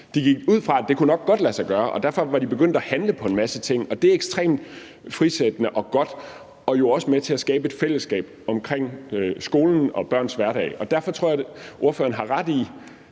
de gik ud fra, at det nok godt kunne lade sig gøre. Derfor var de begyndt at handle på en masse ting. Og det er ekstremt frisættende og godt og jo også med til at skabe et fællesskab omkring skolen og børns hverdag. Derfor tror jeg, ordføreren har ret i,